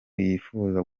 yifuza